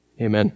Amen